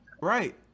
right